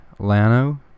Lano